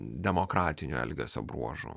demokratinio elgesio bruožų